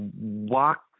walk